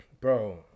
bro